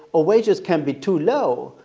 oh, wages can be too low.